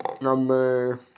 number